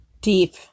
Deep